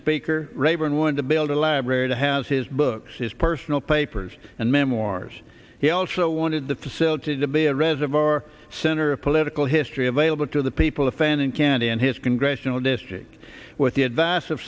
speaker rayburn wanted to build a library to have his books his personal papers and memoirs he also wanted the facility to be a reservoir center of political history available to the people offending kennedy and his congressional district with the advice of